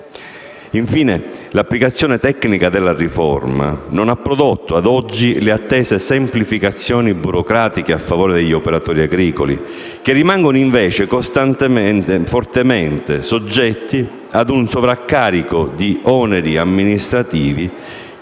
Infine, l'applicazione tecnica della riforma non ha prodotto, ad oggi, le attese semplificazioni burocratiche a favore degli operatori agricoli, che rimangono invece costantemente e fortemente soggetti a un sovraccarico di oneri amministrativi